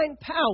power